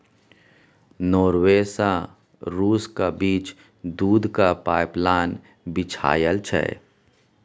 Norway सँ रुसक बीच दुधक पाइपलाइन बिछाएल छै